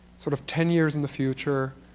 sort of ten years in the future,